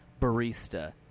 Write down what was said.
Barista